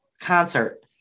concert